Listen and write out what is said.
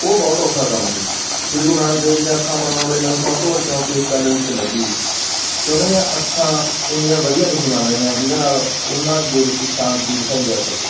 ਉਹ ਬਹੁਤ ਔਖਾ ਕੰਮ ਸੀ ਸ੍ਰੀ ਗੁਰੂ ਨਾਨਕ ਦੇਵ ਜੀ ਦੀਆਂ ਅੱਖਾਂ ਬਣਾਉਣ ਵੇਲੇ ਮੈਨੂੰ ਸਭ ਤੋਂ ਵੱਧ ਚੁਣੌਤੀ ਇਸ ਗੱਲ 'ਚ ਲੱਗੀ ਕਿ ਉਹਨਾਂ ਦੀਆਂ ਅੱਖਾਂ ਓਨੀਆਂ ਵਧੀਆਂ ਨਹੀਂ ਸੀ ਬਣ ਰਹੀਆਂ ਜਿਹਦੇ ਨਾਲ ਉਹਨਾਂ ਦੇ ਵਿੱਚ ਸ਼ਾਂਤੀ ਦਿਖਾਈ ਜਾ ਸਕੇ